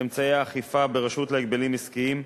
אמצעי האכיפה ברשות להגבלים עסקיים,